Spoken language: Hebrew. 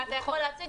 ואתה יכול להשיג